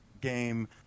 game